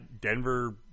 Denver